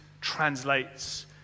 translates